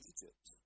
Egypt